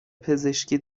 پزشکی